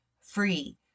free